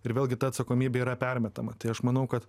ir vėlgi ta atsakomybė yra permetama tai aš manau kad